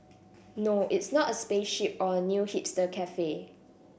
no it's not a spaceship or a new hipster cafe